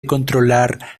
controlar